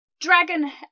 Dragon